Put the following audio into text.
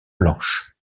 blanche